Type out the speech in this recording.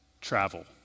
travel